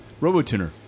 Robotuner